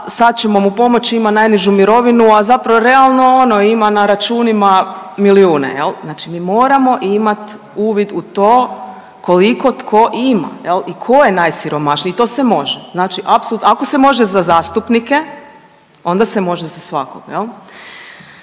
sad ćemo mu pomoći ima najnižu mirovinu, a zapravo realno ima na računima milijune. Znači mi moramo imat uvid u to koliko tko ima i ko je najsiromašniji i to se može. Ako se može za zastupnike onda se može za svakog.